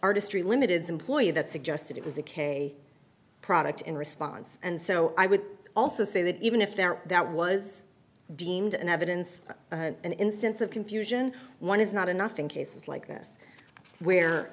artistry limited's employee that suggested it was a k product in response and so i would also say that even if there that was deemed an evidence an instance of confusion one is not enough in cases like this where